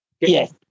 yes